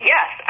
Yes